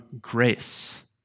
grace